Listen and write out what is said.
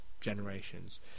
generations